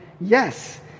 yes